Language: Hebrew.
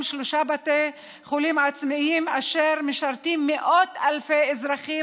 שלושה בתי חולים עצמאיים אשר משרתים מאות אלפי אזרחים,